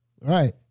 Right